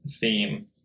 theme